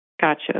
Gotcha